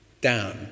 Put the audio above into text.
down